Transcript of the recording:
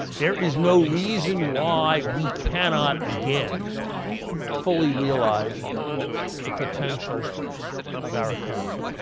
there is no reason why we cannot again fully realize the potential of our economy.